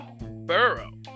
Burrow